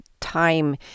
time